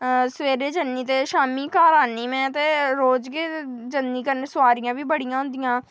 सबेरे जन्नी ते शामीं घर आह्न्नी में ते रोज गै जन्नी ते सोआरियां बी बड़ी होंदियां